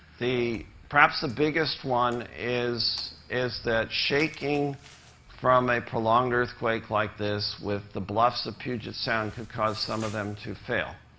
the perhaps the biggest one is is that shaking from a prolonged earthquake like this with the bluffs of puget sound could cause some of them to fail.